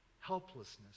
helplessness